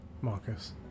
Marcus